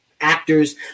Actors